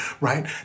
right